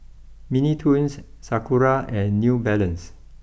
Mini Toons Sakura and new Balance